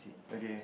okay